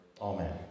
Amen